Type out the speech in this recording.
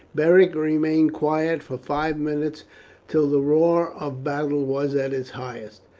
beric remained quiet for five minutes till the roar of battle was at its highest,